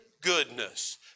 goodness